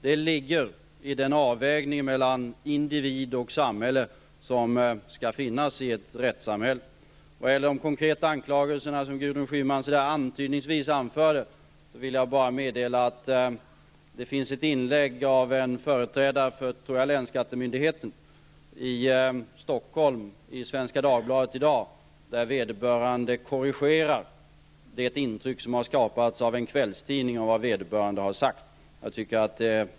Det ligger i den avvägning mellan individ och samhälle som skall finnas i ett rättssamhälle. Vad gäller de konkreta anklagelser som Gudrun Schyman antydningsvis anförde vill jag bara meddela att det finns ett inlägg i Svenska Dagbladet i dag av en företrädare för länsskattemyndigheten i Stockholm, där vederbörande korrigerar det intryck som har skapats av en kvällstidning av vad vederbörande har sagt.